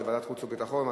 לוועדת חוץ וביטחון.